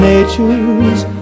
Nature's